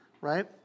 right